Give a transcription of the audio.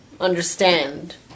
understand